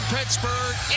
Pittsburgh